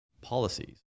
policies